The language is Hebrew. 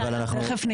תכף.